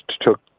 took